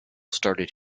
started